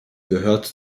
gehört